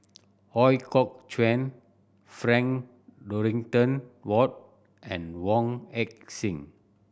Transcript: Ooi Kok Chuen Frank Dorrington Ward and Wong Heck Sing